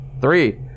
Three